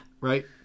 Right